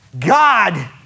God